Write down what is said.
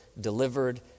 delivered